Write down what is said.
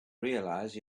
realize